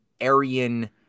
Aryan